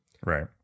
right